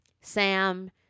Sam